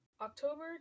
October